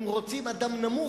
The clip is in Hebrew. הם רוצים אדם נמוך,